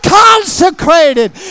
consecrated